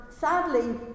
sadly